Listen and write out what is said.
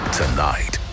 tonight